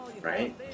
right